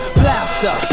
blaster